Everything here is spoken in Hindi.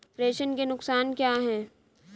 प्रेषण के नुकसान क्या हैं?